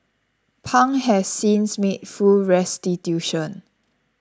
Pang has since made full restitution